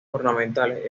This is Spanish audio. ornamentales